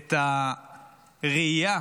את הראייה